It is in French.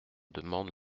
demande